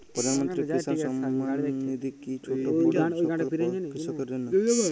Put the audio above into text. প্রধানমন্ত্রী কিষান সম্মান নিধি কি ছোটো বড়ো সকল কৃষকের জন্য?